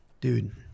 Dude